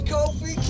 Kofi